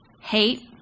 hate